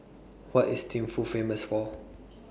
What IS Thimphu Famous For